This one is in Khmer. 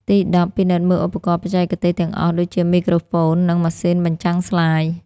ទីដប់ ពិនិត្យមើលឧបករណ៍បច្ចេកទេសទាំងអស់ ដូចជាមីក្រូហ្វូន និងម៉ាស៊ីនបញ្ចាំងស្លាយ។